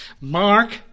Mark